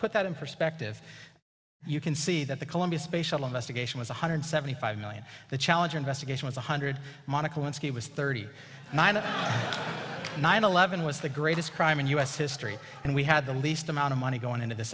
put that in perspective you can see that the columbia space shuttle investigation was one hundred seventy five million the challenger investigation one hundred monica lewinsky was thirty nine of nine eleven was the greatest crime in u s history and we had the least amount of money going into this